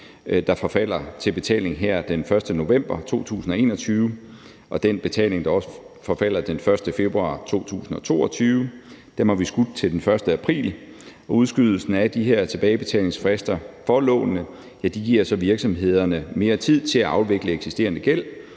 der forfalder til betaling her den 1. november 2021, og den betaling, der også forfalder den 1. februar 2022. Dem har vi skudt til den 1. april. Udskydelsen af de tilbagebetalingsfrister for lånene giver virksomhederne mere tid til at afvikle eksisterende gæld,